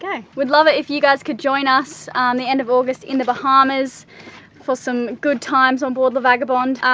yeah we'd love it if you guys could join us on the end of august in the bahamas for some good times onboard la vagabond.